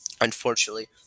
unfortunately